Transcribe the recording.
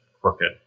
crooked